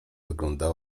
wygląda